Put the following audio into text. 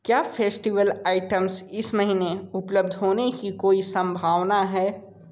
क्या festival items इस महीने उपलब्ध होने की कोई संभावना है